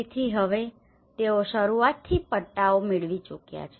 તેથી હવે તેઓ શરૂઆતથી પટ્ટાઓ મેળવી ચૂક્યા છે